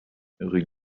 rue